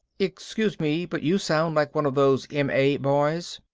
excuse me, but you sound like one of those m. a. boys.